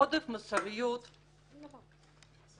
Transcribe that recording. נתתי לה גם אישור.